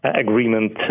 agreement